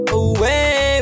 away